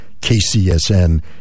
KCSN